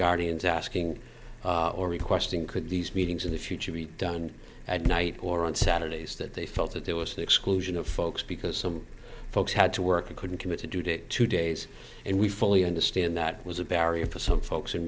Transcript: guardians asking or requesting could these meetings in the future be done at night or on saturdays that they felt that there was an exclusion of folks because some folks had to work and couldn't commit to do date two days and we fully understand that was a barrier for some folks and